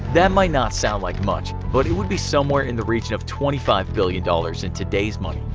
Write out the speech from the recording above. that might not sound like much but it would be somewhere in the region of twenty five billion dollars in today's money.